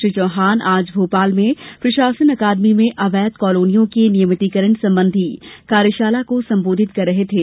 श्री चौहान आज भोपाल में प्रशासन अकादमी में अवैध कॉलोनियों के नियमितिकरण संबंधी कार्यशाला को संबोधित कर रहे थे